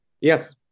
Yes